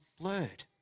blurred